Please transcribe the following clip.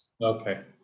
Okay